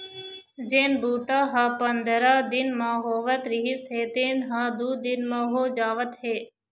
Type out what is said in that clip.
जेन बूता ह पंदरा दिन म होवत रिहिस हे तेन ह दू दिन म हो जावत हे